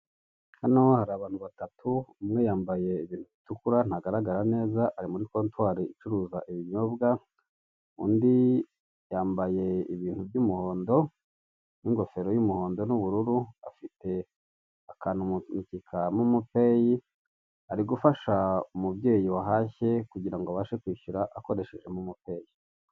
Hano hari abantu batatu: umwe yambaye ibintu bitukura ntabwo agaragara neza, ari muri kontwari icuruza ibinyobwa, undi yambaye ibintu by'umuhondo n'ingofero y'umuhondo n'ubururu. Afite akantu ka momo peyi, ari gufasha umubyeyi wahashye kugira ngo abashe kwishyura akoresheje momo peyi.